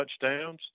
touchdowns